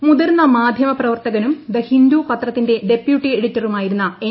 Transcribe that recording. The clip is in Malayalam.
നായർ മുതിർന്ന മാധ്യമപ്രവർത്തകനും ദി ഹിന്ദുപത്രത്തിന്റെ ഡെപ്യൂട്ടി എഡിറ്ററുമായിരുന്ന എൻ